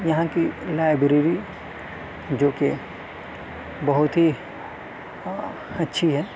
یہاں کی لائبریری جوکہ بہت ہی اچھی ہے